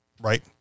right